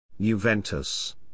Juventus